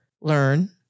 learn